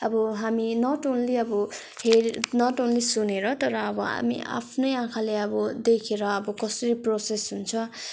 अब हामी not only अब हेल्प नट अन्ली सुनेर तर अब हामी आफ्नै आँखाले अब देखेर अब कसरी प्रोसेस हुन्छ